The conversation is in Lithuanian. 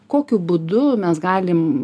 kokiu būdu mes galim